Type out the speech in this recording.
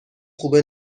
خوبه